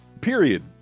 Period